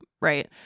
right